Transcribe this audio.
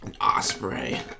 osprey